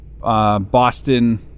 Boston